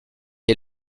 est